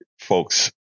folks